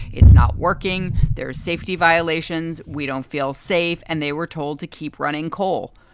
it's not working. there's safety violations. we don't feel safe. and they were told to keep running coal.